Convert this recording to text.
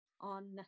on